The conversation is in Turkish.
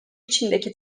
içindeki